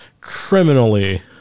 criminally